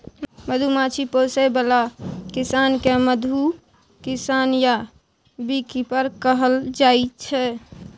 मधुमाछी पोसय बला किसान केँ मधु किसान या बीकीपर कहल जाइ छै